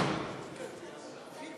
סיעת